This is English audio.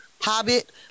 hobbit